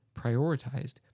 prioritized